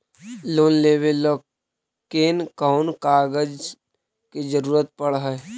Loan लेबे ल कैन कौन कागज के जरुरत पड़ है?